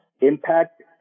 impact